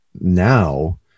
now